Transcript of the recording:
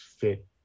fit